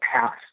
past